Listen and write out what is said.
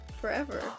forever